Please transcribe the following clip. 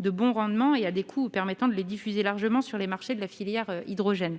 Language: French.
de bon rendement, à des coûts permettant de les diffuser largement sur les marchés de la filière hydrogène.